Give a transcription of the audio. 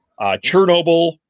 Chernobyl